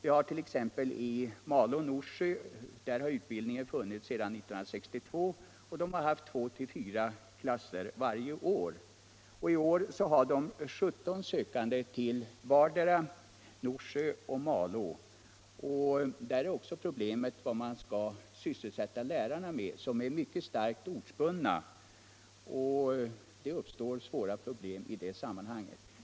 I Malå och i Norsjö har utbildningen funnits sedan 1962, och man har där haft två till fyra klasser varje år. I år var det 17 sökande till vardera Norsjö och Malå. På dessa orter har man också att ta ställning till hur man skall sysselsätta lärarna, som är mycket starkt ortsbundna. I samband därmed uppstår svåra problem.